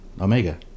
Omega